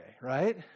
right